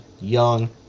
young